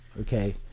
Okay